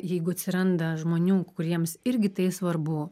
jeigu atsiranda žmonių kuriems irgi tai svarbu